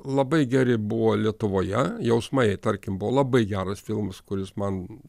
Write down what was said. labai geri buvo lietuvoje jausmai tarkim buvo labai geras filmas kuris man